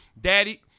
daddy